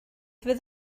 fydd